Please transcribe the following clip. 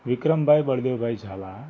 Vikrambhai Baldevbhai Jhala